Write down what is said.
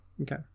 Okay